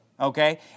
okay